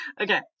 okay